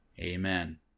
Amen